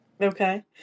Okay